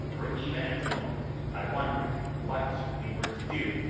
for even at the moment i wondered what we were to do.